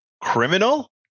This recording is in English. criminal